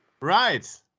Right